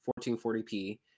1440p